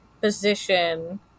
position